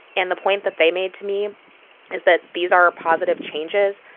and the point that they made to me is that these are positive changes,